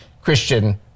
Christian